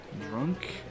Drunk